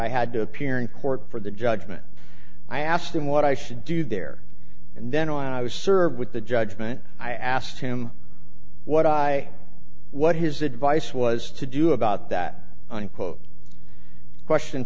i had to appear in court for the judgment i asked him what i should do there and then i was served with the judgement i asked him what i what his advice was to do about that unquote question